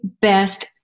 best